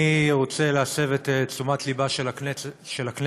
אני רוצה להסב את תשומת ליבה של הכנסת